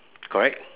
correct